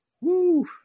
woo